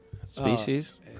Species